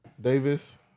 Davis